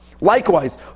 Likewise